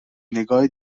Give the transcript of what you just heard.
نگاه